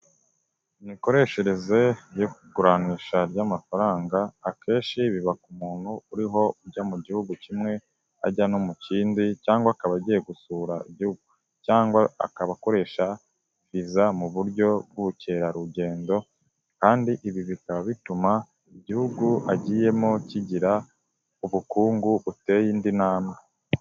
Imikoreshereze y'iguranisha ry'amafaranga akenshi biba ku muntu uriho ujya mu gihugu kimwe ajya no mu kindi cyangwa akaba agiye gusura igihugu cyangwa akaba akoresha viza mu buryo bw'ubukerarugendo kandi ibi bikaba bituma igihugu agiyemo kigira ubukungu buteye indi ntambwe .